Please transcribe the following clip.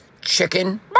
Chicken